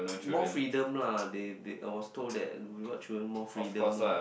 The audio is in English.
more freedom lah they they I was told that what children more freedom lah